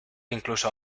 incluso